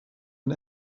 and